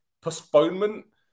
postponement